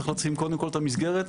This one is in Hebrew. צריך לשים קודם כל את המסגרת,